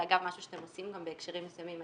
אגב, זה משהו שאתם עושים גם בהקשרים מסוימים.